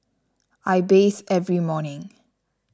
I bathe every morning